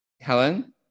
Helen